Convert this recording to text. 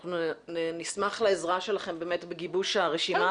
אנחנו נשמח לעזרה שלכם באמת בגיבוש הרשימה